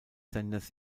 senders